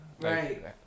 Right